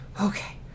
okay